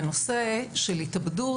בנושא של התאבדות,